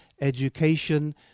education